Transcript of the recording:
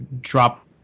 drop